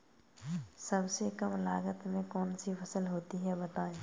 सबसे कम लागत में कौन सी फसल होती है बताएँ?